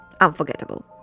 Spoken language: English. unforgettable